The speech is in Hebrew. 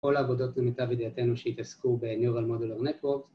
‫כל לעבודות למיטב ידיעתנו ‫שהתעסקו בניורל מודולר נקוות.